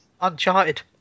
Uncharted